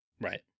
Right